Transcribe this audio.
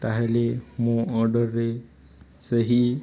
ତା'ହେଲେ ମୋ ଅର୍ଡ଼ରରେ ସେହି